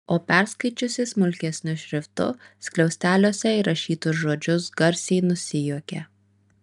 o perskaičiusi smulkesniu šriftu skliausteliuose įrašytus žodžius garsiai nusijuokė